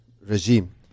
regime